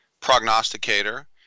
prognosticator